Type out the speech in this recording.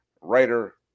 writer